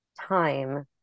time